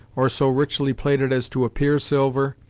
or so richly plated as to appear silver,